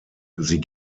sie